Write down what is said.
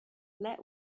let